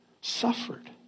suffered